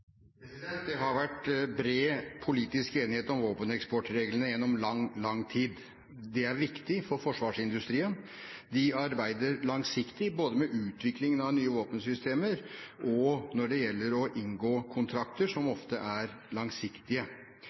har vært bred politisk enighet om våpeneksportreglene gjennom lang, lang tid. Det er viktig for forsvarsindustrien. De arbeider langsiktig, både med utviklingen av nye våpensystemer og når det gjelder å inngå kontrakter, som ofte er langsiktige.